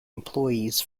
employees